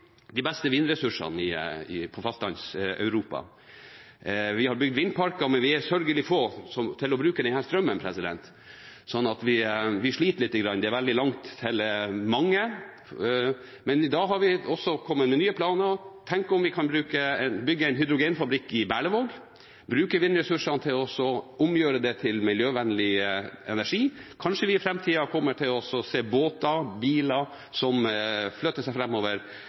de beste vindressursene i Fastlands-Europa. Vi har bygd vindparker, men vi er sørgelig få til å bruke denne strømmen, slik at vi sliter litt. Det er veldig langt til mange, men da har vi også kommet med nye planer: Tenk om vi kan bygge en hydrogenfabrikk i Berlevåg, bruke vindressursene til å omgjøre dem til miljøvennlig energi. Kanskje vi i framtida kommer til å se båter og biler som flytter seg